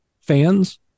fans